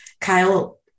Kyle